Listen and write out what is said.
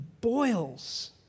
boils